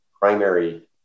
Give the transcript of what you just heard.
primary